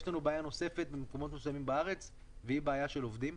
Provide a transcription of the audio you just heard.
יש לנו בעיה נוספת במקומות מסוימים בארץ והיא בעיה של עובדים.